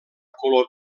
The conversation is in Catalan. color